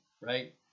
right